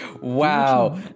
Wow